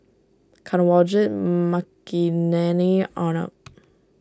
Kanwaljit Makineni Arnab